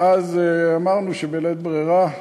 ואז אמרנו שבלית ברירה,